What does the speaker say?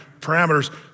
parameters